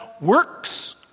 works